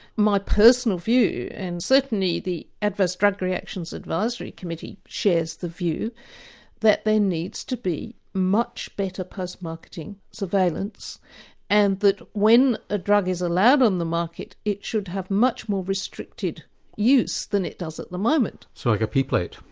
my personal view and certainly the adverse drug reactions advisory committee shares the view that there needs to be much better post marketing surveillance and that when a drug is allowed on the market it should have much more restricted use than it does at the moment. so like a p plate?